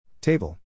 Table